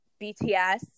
BTS